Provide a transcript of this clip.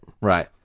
Right